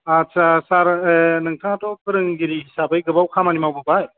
आच्चा सार नोंथाङाथ' फोरोंगिरि हिसाबै गोबाव खामानि मावबोबाय